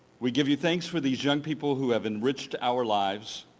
we give you thanks for these young people who have enriched our lives.